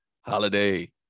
holiday